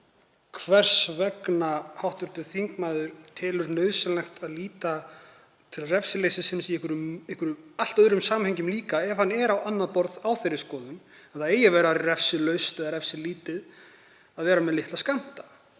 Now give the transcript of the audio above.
hvers vegna hv. þingmaður telur nauðsynlegt að líta til refsileysisins í einhverju allt öðru samhengi ef hann er á annað borð á þeirri skoðun að það eigi að vera refsilaust eða refsilítið að vera með litla skammta.